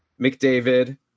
McDavid